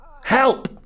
Help